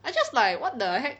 I just like what the heck